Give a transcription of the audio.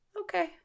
okay